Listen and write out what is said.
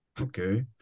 okay